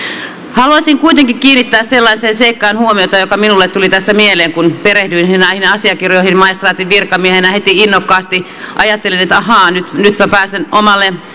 haluaisin kuitenkin kiinnittää sellaiseen seikkaan huomiota joka minulle tuli tässä mieleen kun perehdyin näihin asiakirjoihin maistraatin virkamiehenä heti innokkaasti ajattelin että ahaa nytpä nytpä pääsen omalle